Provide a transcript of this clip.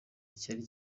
cyari